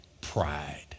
pride